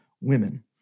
women